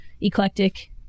eclectic